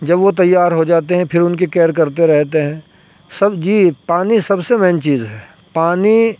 جب وہ تیار ہو جاتے ہیں پھر ان کی کیئر کرتے رہتے ہیں سب جی پانی سب سے مین چیز ہے پانی